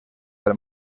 del